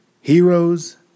heroes